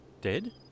Dead